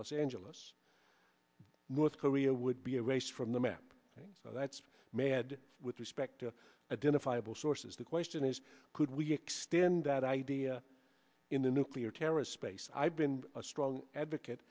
los angeles north korea would be a race from the map that's mehad with respect to identifiable sources the question is could we extend that idea in the nuclear terrorist space i've been a strong advocate